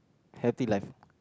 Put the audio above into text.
happy life